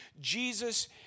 Jesus